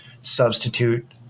substitute